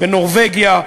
בנורבגיה,